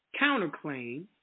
counterclaim